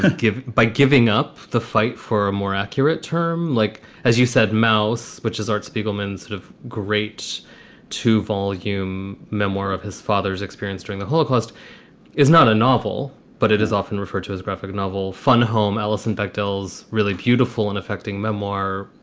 by giving up the fight for a more accurate term like, as you said, mouse, which is art spiegelman's sort of grates two volume memoir of his father's experience, daring the holocaust is not a novel, but it is often referred to as graphic novel fun home. alison ducktails, really beautiful and affecting memoir,